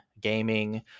gaming